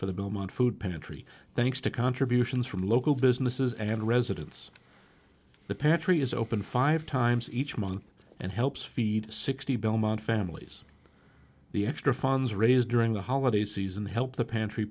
for the moment food pantry thanks to contributions from local businesses and residents the pantry is open five times each month and helps feed sixty bellman families the extra funds raised during the holiday season help the pantry